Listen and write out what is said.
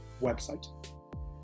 website